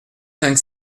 cinq